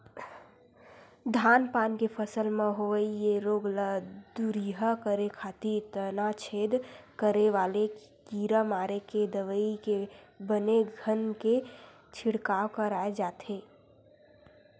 धान पान के फसल म होवई ये रोग ल दूरिहा करे खातिर तनाछेद करे वाले कीरा मारे के दवई के बने घन के छिड़काव कराय जाथे